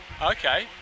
Okay